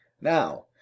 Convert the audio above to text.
now